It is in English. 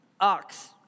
ox